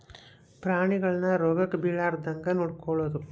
ಪ್ರಾಣಿಗಳನ್ನ ರೋಗಕ್ಕ ಬಿಳಾರ್ದಂಗ ನೊಡಕೊಳದು